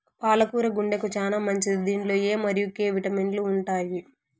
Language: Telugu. పాల కూర గుండెకు చానా మంచిది దీనిలో ఎ మరియు కే విటమిన్లు ఉంటాయి